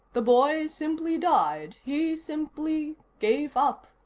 the boy simply died. he simply gave up,